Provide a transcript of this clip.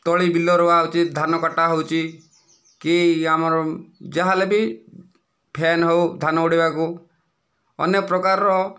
ତଳି ବିଲ ରୁଆ ହେଉଛି ଧାନ କଟା ହେଉଛି କି ଆମର ଯାହା ହେଲେ ବି ଫେନ ହେଉ ଧାନ ଉଡ଼େଇବାକୁ ଅନ୍ୟ ପ୍ରକାରର